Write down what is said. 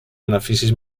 beneficis